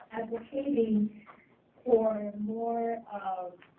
advocating for more um